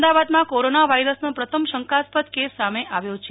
અમદાવાદમાં કોરોના વાઈરસનો પ્રથમ શંકાસ્પદ કેસ સામે આવ્યો છે